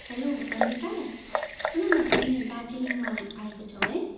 hello Nandita सुनन तिमी दार्जिलिङमा आएको छौ है